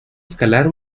escalar